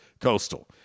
coastal